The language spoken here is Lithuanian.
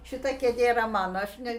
šita kėdė yra mano aš ne